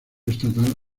estatal